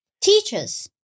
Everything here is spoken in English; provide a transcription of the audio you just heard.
Teachers